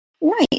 Right